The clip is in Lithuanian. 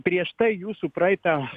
prieš tai jūsų praeitą